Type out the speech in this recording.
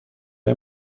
های